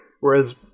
whereas